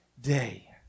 day